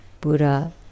Buddha